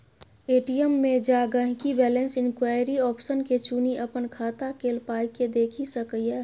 ATM मे जा गांहिकी बैलैंस इंक्वायरी आप्शन के चुनि अपन खाता केल पाइकेँ देखि सकैए